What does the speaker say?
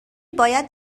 باید